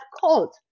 cold